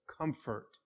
comfort